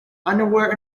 unaware